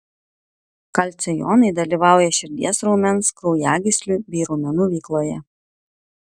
kalcio jonai dalyvauja širdies raumens kraujagyslių bei raumenų veikloje